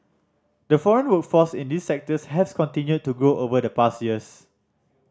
the foreign workforce in these sectors has continued to grow over the past years